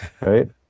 right